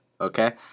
okay